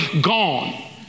gone